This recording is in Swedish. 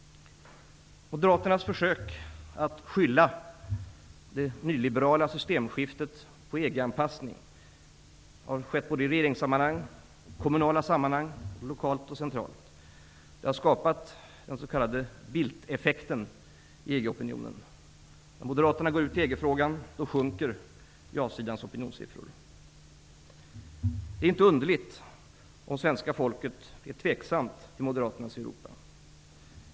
Moderaternas försök att skylla det nyliberala systemskiftet på EG-anpassningen har skett i både regeringssammanhang och i kommunala sammanhang, lokalt och centralt. Det har skapat den s.k. Bildteffekten i EG-opinionen. När Moderaterna går ut i EG-frågan, sjunker ja-sidans opinionssiffror. Det är inte underligt om svenska folket är tveksamt till Moderaternas Europa.